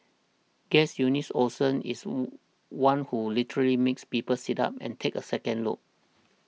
guess Eunice Olsen is oh one who will literally make people sit up and take a second look